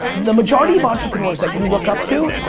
the majority of entrepreneurs that you look up to,